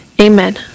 Amen